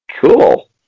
Cool